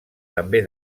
també